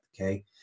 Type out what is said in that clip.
okay